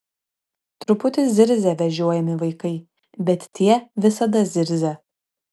truputį zirzia vežiojami vaikai bet tie visada zirzia